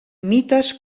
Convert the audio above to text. mites